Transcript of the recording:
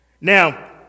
Now